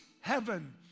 heaven